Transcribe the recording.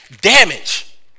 Damage